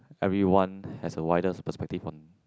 everyone has a wider perspective on